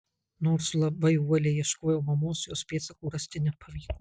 nors labai uoliai ieškojau mamos jos pėdsakų rasti nepavyko